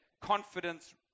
confidence